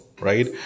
right